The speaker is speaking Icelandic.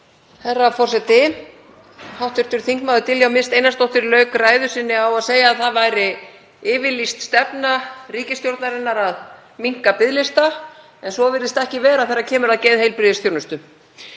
Hv. þm. Diljá Mist Einarsdóttir lauk ræðu sinni á að segja að það væri yfirlýst stefna ríkisstjórnarinnar að stytta biðlista en svo virðist ekki vera þegar kemur að geðheilbrigðisþjónustu.